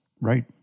Right